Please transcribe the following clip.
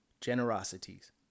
Generosities